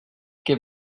give